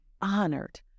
honored